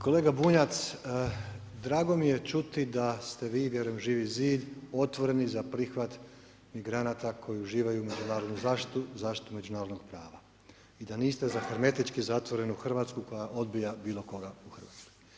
Kolega Bunjac, drago mi je čuti da ste vi, vjerujem Živi zid, otvoreni za prihvat migranata koji uživaju međunarodnu zaštitu, zaštitu međunarodnog prava, i da niste za hermetički zatvorenu Hrvatsku koja odbija bilo koga u Hrvatskoj.